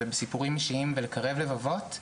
בסיפורים אישיים ולקרב לבבות.